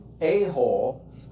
a-hole